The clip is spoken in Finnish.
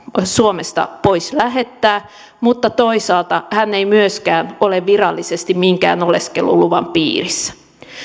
suomesta pois lähettää mutta toisaalta hän ei myöskään ole virallisesti minkään oleskeluluvan piirissä